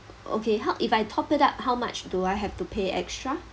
okay how if I top it up how much do I have to pay extra